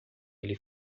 ele